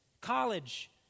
college